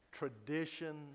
tradition